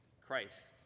Christ